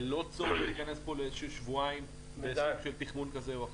ללא צורך להיכנס פה לאיזה שבועיים בסוג תחמון כזה או אחר.